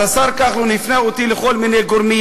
אז השר כחלון הפנה אותי לכל מיני גורמים.